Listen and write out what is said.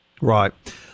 Right